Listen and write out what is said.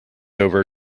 over